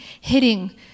hitting